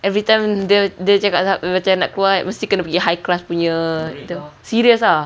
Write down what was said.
everytime dia dia cakap macam nak keluar kan mesti kena pergi high class punya tu serious ah